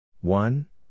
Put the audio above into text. One